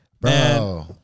Bro